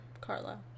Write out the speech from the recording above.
Carla